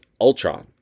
Ultron